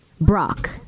Brock